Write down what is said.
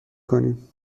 کنیم